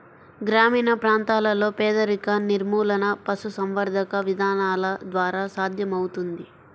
గ్రామీణ ప్రాంతాలలో పేదరిక నిర్మూలన పశుసంవర్ధక విధానాల ద్వారా సాధ్యమవుతుంది